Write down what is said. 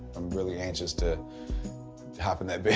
um really anxious to hop in that